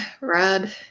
rad